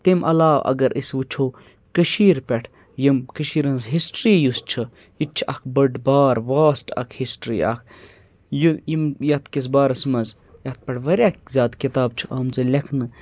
تمہِ علاوٕ اگر أسۍ وٕچھو کٔشیٖر پٮ۪ٹھ یِم کٔشیٖر ہٕنٛز ہِسٹری یُس چھُ یہِ تہِ چھِ اَکھ بٔڑ بار واسٹ اَکھ ہِسٹِرٛی اَکھ یہِ یِم یَتھ کِس بارَس منٛز یَتھ پٮ۪ٹھ واریاہ زیادٕ کِتاب چھِ آمژٕ لیکھنہٕ